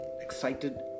excited